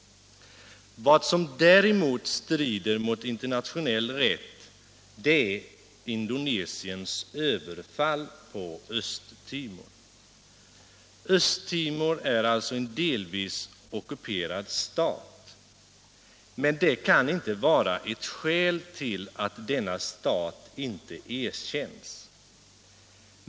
Vad som däremot strider mot internationell rätt är Indonesiens överfall på Östtimor. Östtimor är alltså en delvis ockuperad stat, men det kan inte vara skäl till att denna stat inte erkänns.